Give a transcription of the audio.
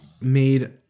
made